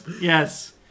Yes